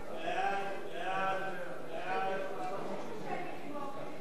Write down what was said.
היא קיבלה ממני אישור.